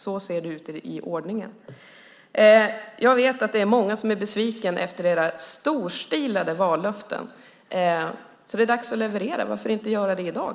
Så ser ordningen ut. Jag vet att många är besvikna efter era storstilade vallöften. Det är dags att leverera. Varför inte göra det i dag?